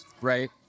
right